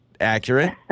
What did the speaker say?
accurate